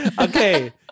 Okay